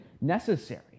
necessary